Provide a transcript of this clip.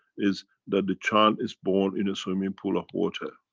is that the child is born in a swimming pool of water,